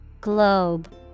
Globe